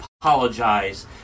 Apologize